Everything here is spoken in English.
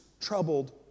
troubled